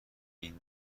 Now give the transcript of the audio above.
این